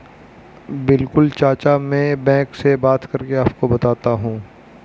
बिल्कुल चाचा में बैंक से बात करके आपको बताता हूं